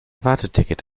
warteticket